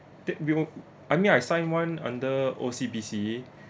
that we won't I mean I signed one under O_C_B_C